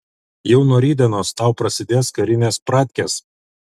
jau nuo rytdienos tau prasidės karinės pratkės